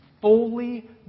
fully